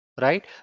right